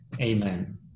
Amen